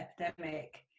epidemic